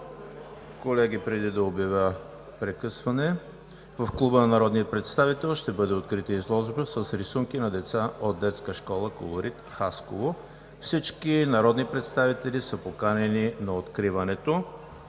Колеги, преди да обявя прекъсване ще направя съобщение: В Клуба на народния представител ще бъде открита изложба на рисунки на деца от Детска школа „Колорит“, Хасково. Всички народни представители са поканени на откриването.